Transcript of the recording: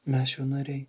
mes jo nariai